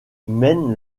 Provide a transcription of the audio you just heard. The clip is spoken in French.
mènent